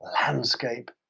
landscape